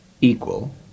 equal